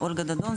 אולגה דדון,